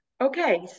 Okay